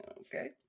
Okay